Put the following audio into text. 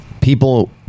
people